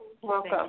Welcome